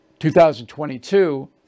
2022